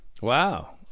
Wow